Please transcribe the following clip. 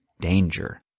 danger